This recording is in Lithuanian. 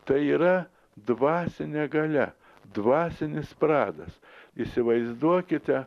tai yra dvasinė galia dvasinis pradas įsivaizduokite